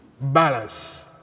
balance